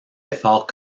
effort